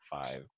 five